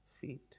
feet